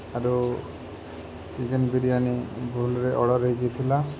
ଆରୁ ଚିକେନ୍ ବିରିୟାନୀ ଭୁଲ୍ରେ ଅର୍ଡ଼ର୍ ହେଇଯାଇଥିଲା